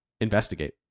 investigate